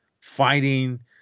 Fighting